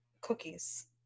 cookies